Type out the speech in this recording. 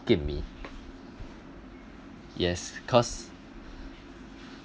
hokkien mee yes cause